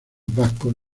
vascos